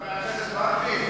חבר הכנסת וקנין,